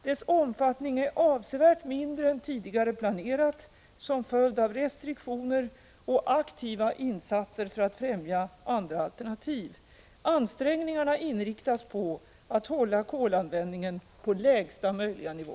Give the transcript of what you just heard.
Dess omfattning är avsevärt mindre än tidigare planerat — som följd av restriktioner och aktiva insatser för att främja andra alternativ. Ansträngningarna inriktas på att hålla kolanvändningen på lägsta möjliga nivå.